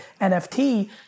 NFT